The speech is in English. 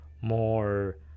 more